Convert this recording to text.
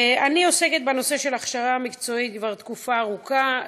אני עוסקת בנושא של הכשרה מקצועית כבר תקופה ארוכה,